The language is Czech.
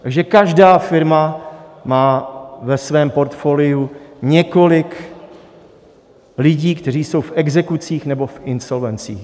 Takže každá firma má ve svém portfoliu několik lidí, kteří jsou v exekucích nebo v insolvencích.